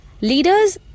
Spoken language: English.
Leaders